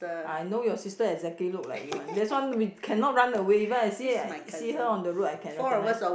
I know your sister exactly look like you one that's one we cannot run away even I see see her on the road I can recognise